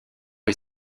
est